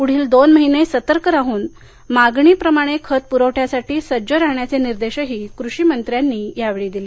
पूढील दोन महिने सतर्क राहून मागणीप्रमाणे खत प्रवठ्यासाठी सज्ज राहण्याचे निर्देशही कृषीमंत्र्यांनी यावेळी दिले